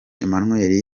emmanuel